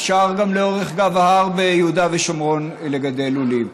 אפשר גם לאורך גב ההר ביהודה ושומרון להקים לולים.